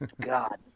God